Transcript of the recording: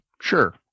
sure